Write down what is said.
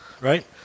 right